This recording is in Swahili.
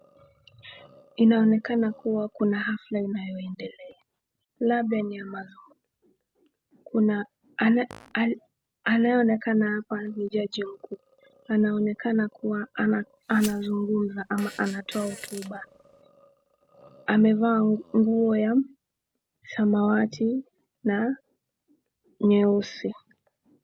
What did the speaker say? Inaonekana kuwa kuna hafla inayoendelea labda nyuma, kuna anayeonekana hapa ni jaji mkuu. Anaonekana kuwa anazungumza ama anatoa hotuba. Amevaa nguo ya samawati na nyeusi.